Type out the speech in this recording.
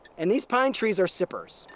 and these pine trees are sippers.